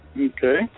Okay